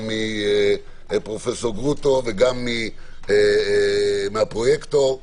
מפרופ' גרוטו וגם מהפרויקטור,